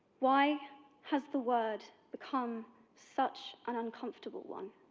why has the word become such an uncomfortable one?